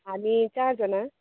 हामी चारजना